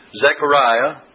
Zechariah